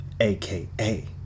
AKA